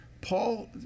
Paul